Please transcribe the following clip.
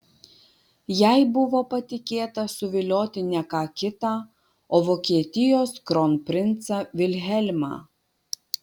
jai buvo patikėta suvilioti ne ką kitą o vokietijos kronprincą vilhelmą